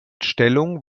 stellung